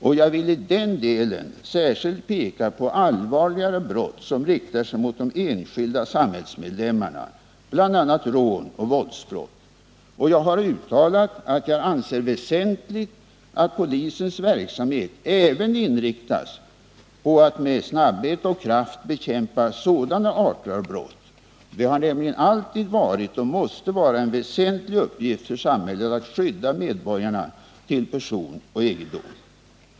Jag vill i den delen särskilt peka på allvarligare brott som riktar sig mot de enskilda samhällsmedlemmarna, bl.a. rån och våldsbrott. Jag har uttalat att jag anser väsentligt att polisens verksamhet även inriktas på att med snabbhet och kraft bekämpa sådana arter av brott. Det har nämligen alltid varit och måste vara en väsentlig uppgift för samhället att skydda medborgarna till person och egendom.